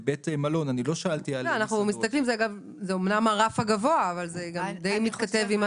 זה אמנם הרף הגבוה אבל זה די מתכתב.